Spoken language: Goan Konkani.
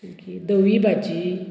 धवी भाजी